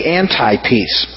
anti-peace